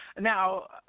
Now